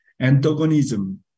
antagonism